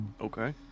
Okay